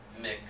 mick